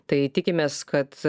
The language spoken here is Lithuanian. tai tikimės kad